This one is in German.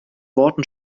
worten